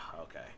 okay